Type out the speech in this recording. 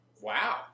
Wow